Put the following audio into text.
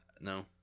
No